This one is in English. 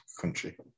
country